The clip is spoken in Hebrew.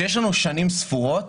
שיש לנו שנים ספורות,